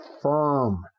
firm